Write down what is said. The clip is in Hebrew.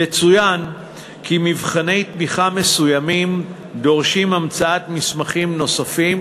יצוין כי מבחני תמיכה מסוימים דורשים המצאת מסמכים נוספים,